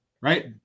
right